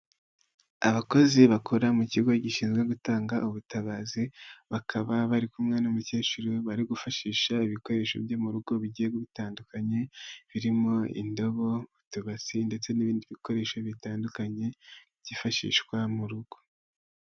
Abakozi bakora mu kigo gishinzwe gutanga ubutabazi, bakaba bari kumwe n'umukecuru bari gufashisha ibikoresho byo mu rugo bigiye bitandukanye, birimo indobo, utubasi ndetse n'ibindi bikoresho bitandukanye, byifashishwa mu rugo.